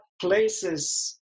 places